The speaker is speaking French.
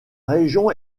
région